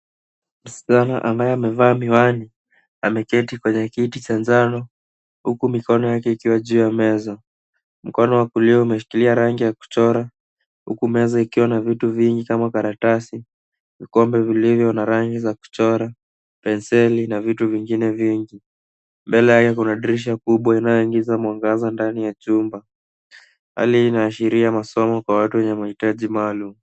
Msichana ambaye amevaa miwani, ameketi kwenye kiti cha jano huku mikono yake ikiwa juu ya meza. Mkono wa kulia umeshikilia rangi ya kuchora, huku meza ikiwa na vitu vingi kama karatasi, vikombe vilivyo na rangi za kuchora, penseli na vitu vingine vingi. Mbele yake kuna dirisha kubwa inayoingiza mwangaza ndani ya chumba. Hali hii inaashiria masomo kwa watu wenye mahitaji maalumu.